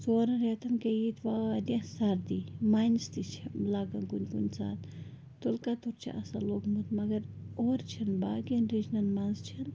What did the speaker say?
ژورَن رٮ۪تَن گٔے ییٚتہِ واریاہ سردی ماینَس تہِ چھِ لَگان کُنہِ کُنہِ ساتہٕ تُلکَتُر چھِ آسان لوٚگمُت مگر اورٕ چھِنہٕ باقِیَن رِجنَن منٛز چھِنہٕ